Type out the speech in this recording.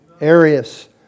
Arius